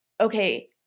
okay